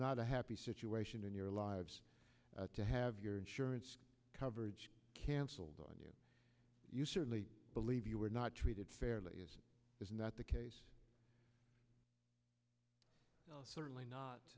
not a happy situation in your lives to have your insurance coverage cancelled on you you certainly believe you were not treated fairly is not the case certainly not